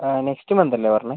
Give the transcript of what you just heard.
ആ next month അല്ലേ പറഞ്ഞത്